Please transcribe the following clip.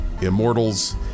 immortals